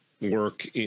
work